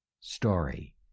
story